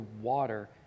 water